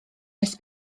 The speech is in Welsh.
nes